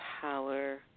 power